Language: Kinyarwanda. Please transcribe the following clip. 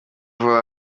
vuba